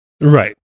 Right